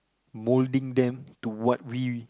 moulding them to what we